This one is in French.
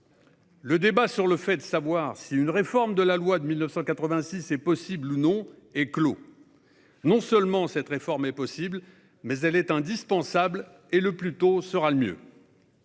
Le débat pour savoir si une réforme de la loi de 1986 est possible ou non est clos. Non seulement cette réforme est possible, mais elle est indispensable, et le plus tôt sera le mieux